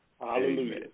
Hallelujah